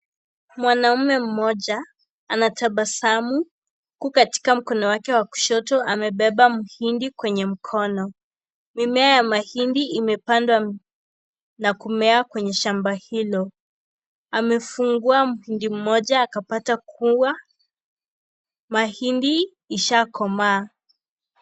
Mwanaume mmoja, anatabasamu huku katika mkono wake wa kushoto amebeba mhindi kwenye mkono. Mimea ya mahindi Imepandwa na kumea kwenye shamba hilo. Amefungua mhindi moja akapata kuwa mahindi ishakomaa.